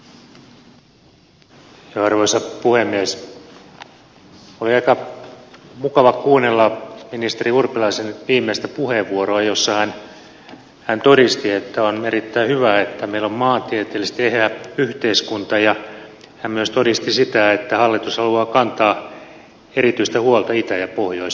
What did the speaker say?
oli aika mukava kuunnella ministeri urpilaisen viimeistä puheenvuoroa jossa hän todisti että on erittäin hyvä että meillä on maantieteellisesti eheä yhteiskunta ja hän myös todisti sitä että hallitus haluaa kantaa erityistä huolta itä ja pohjois suomesta